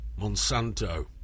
Monsanto